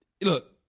look